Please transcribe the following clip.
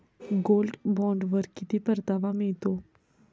Gold बॉण्डवर किती परतावा मिळतो?